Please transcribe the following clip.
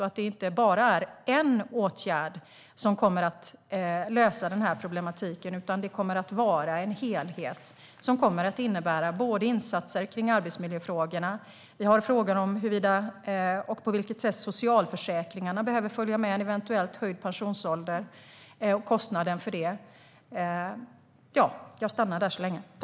Det är inte bara en åtgärd som kommer att lösa den här problematiken, utan det kommer att vara en helhet som kommer att innebära insatser kring arbetsmiljöfrågorna. Vi har också frågan om huruvida och på vilket sätt socialförsäkringarna behöver följa med en eventuellt höjd pensionsålder och kostnaden för det.